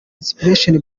inspiration